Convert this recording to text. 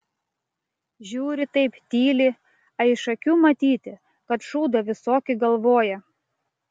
žiūri taip tyli a iš akių matyti kad šūdą visokį galvoja